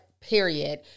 period